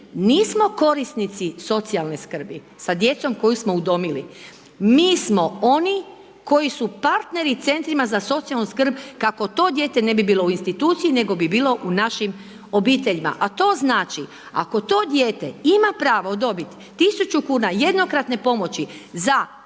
nismo korisnici socijalne skrbi sa djecom koju smo udomili. Mi smo oni koji su partneri Centrima za socijalnu skrb, kako to dijete ne bi bilo u instituciji, nego bi bilo u našim obiteljima, a to znači, ako to dijete ima pravo dobiti 1.000,00 kn jednokratne pomoći za otići,